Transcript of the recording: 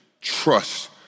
trust